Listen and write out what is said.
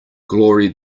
glory